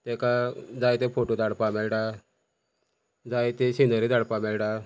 तेका जायते फोटो धाडपा मेळटा जाय ते सिनरी धाडपा मेळटा